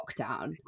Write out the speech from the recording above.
lockdown